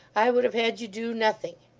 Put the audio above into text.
i would have had you do nothing.